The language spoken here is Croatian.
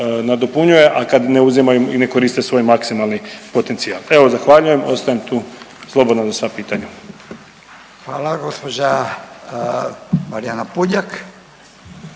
a kad ne uzimaju i ne koriste svoj maksimalni potencijal. Evo zahvaljujem, ostajem tu slobodno za sva pitanja. **Radin, Furio